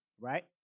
right